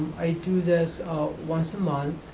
i do this once a month